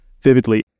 vividly